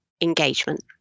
engagement